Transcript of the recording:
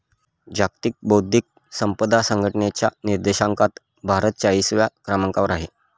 जागतिक बौद्धिक संपदा संघटनेच्या निर्देशांकात भारत चाळीसव्या क्रमांकावर आहे